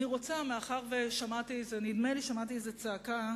נדמה לי ששמעתי צעקה